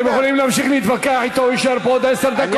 אתם יכולים להמשיך להתווכח אתו והוא יישאר פה עוד עשר דקות.